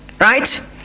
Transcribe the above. right